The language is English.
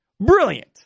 Brilliant